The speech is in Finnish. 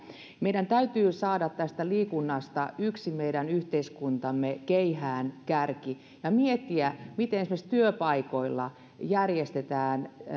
meidän täytyy saada tästä liikunnasta yksi meidän yhteiskuntamme keihäänkärki ja miettiä miten esimerkiksi työpaikoilla järjestetään